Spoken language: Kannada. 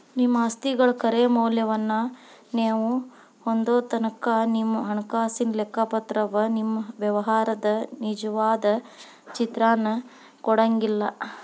ನಿಮ್ಮ ಆಸ್ತಿಗಳ ಖರೆ ಮೌಲ್ಯವನ್ನ ನೇವು ಹೊಂದೊತನಕಾ ನಿಮ್ಮ ಹಣಕಾಸಿನ ಲೆಕ್ಕಪತ್ರವ ನಿಮ್ಮ ವ್ಯವಹಾರದ ನಿಜವಾದ ಚಿತ್ರಾನ ಕೊಡಂಗಿಲ್ಲಾ